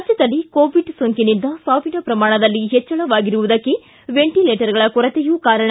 ರಾಜ್ಞದಲ್ಲಿ ಕೋವಿಡ್ ಸೋಂಕಿನಿಂದ ಸಾವಿನ ಪ್ರಮಾಣದಲ್ಲಿ ಹೆಚ್ಚಳವಾಗಿರುವುದಕ್ಕೆ ವೆಂಟೀಲೇಟರ್ಗಳ ಕೊರತೆಯೂ ಕಾರಣ